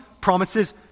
promises